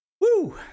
Woo